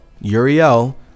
Uriel